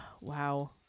Wow